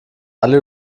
alle